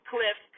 Cliff